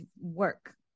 work